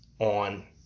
on